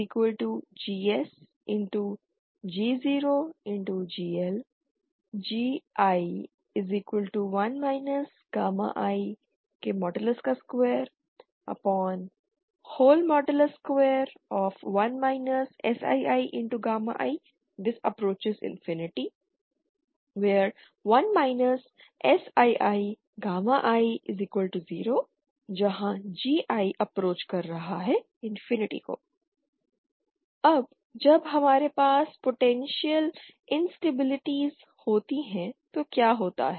GTUGSG0GL Gi1 i21 Siii2→∞ 1 Siii0 Gi→∞ अब जब हमारे पास पोटेंशियल इंस्ताबिलिटीज़ होती है तो क्या होता है